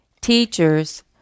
teachers